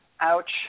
ouch